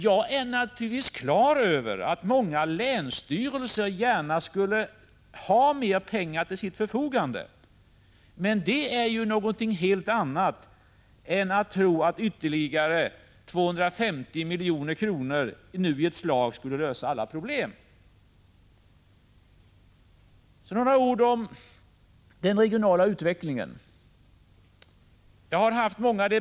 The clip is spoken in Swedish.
Jag är naturligtvis på det klara med att många länsstyrelser gärna skulle ha mer pengar till sitt förfogande, men det är någonting helt annat än att tro att ytterligare 250 milj.kr. i ett slag skulle lösa alla problem. Så några ord om den regionala utvecklingen. Jag har här i kammaren, i Prot.